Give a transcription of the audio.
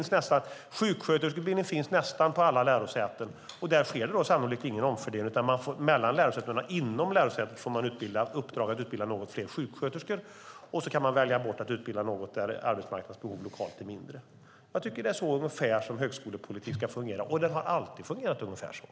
Sjuksköterskeutbildning finns nästan på alla lärosäten. Där sker det sannolikt ingen omfördelning mellan lärosäten, men inom lärosätet får man i uppdrag att utbilda något fler sjuksköterskor, och så kan man välja att utbilda något färre där arbetsmarknadsbehovet lokalt är mindre. Jag tycker att det är ungefär så som högskolepolitik ska fungera, och den har alltid fungerat ungefär så.